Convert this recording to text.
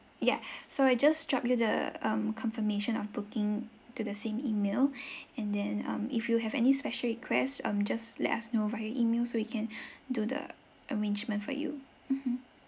yeah so I just drop you the um confirmation of booking to the same email and then um if you have any special requests um just let us know via email so we can do the arrangement for you mmhmm